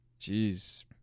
Jeez